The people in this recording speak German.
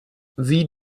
sie